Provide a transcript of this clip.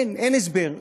אין הסבר.